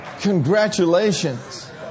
Congratulations